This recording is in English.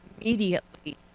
immediately